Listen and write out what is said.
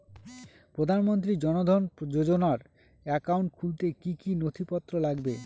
প্রধানমন্ত্রী জন ধন যোজনার একাউন্ট খুলতে কি কি নথিপত্র লাগবে?